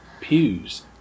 Pews